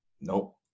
nope